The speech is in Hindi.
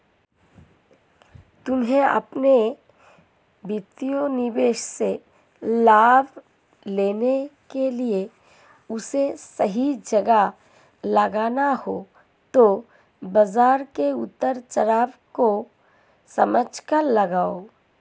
तुम्हे अपने वित्तीय निवेश से लाभ लेने के लिए उसे सही जगह लगाना है तो बाज़ार के उतार चड़ाव को समझकर लगाओ